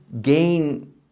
gain